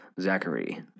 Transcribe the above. Zachary